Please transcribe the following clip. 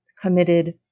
committed